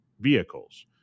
vehicles